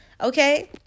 Okay